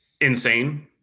Insane